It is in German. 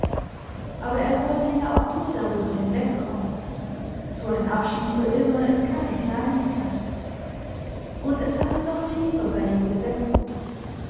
aber er sollte ja auch nur darüber hinweg kommen so ein abschied für immer ist keine kleinigkeit und es hatte doch tiefer bei ihm gesessen